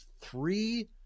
three